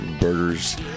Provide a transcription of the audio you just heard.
burgers